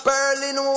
Berlin